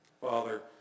Father